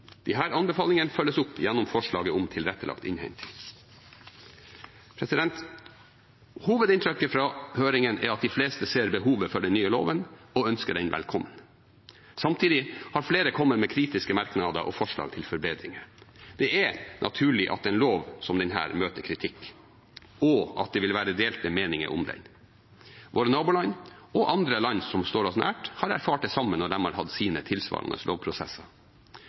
anbefalingene følges opp gjennom forslaget om tilrettelagt innhenting. Hovedinntrykket fra høringen er at de fleste ser behovet for den nye loven og ønsker den velkommen. Samtidig har flere kommet med kritiske merknader og forslag til forbedringer. Det er naturlig at en lov som denne møter kritikk, og at det vil være delte meninger om den. Våre naboland og andre land som står oss nært, har erfart det samme når de har hatt sine tilsvarende lovprosesser.